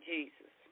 Jesus